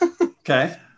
Okay